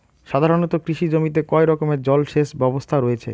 সাধারণত কৃষি জমিতে কয় রকমের জল সেচ ব্যবস্থা রয়েছে?